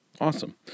Awesome